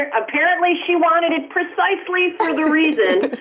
ah apparently she wanted it. precisely the reason